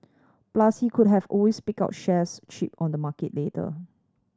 plus he could have always pick up shares cheap on the market later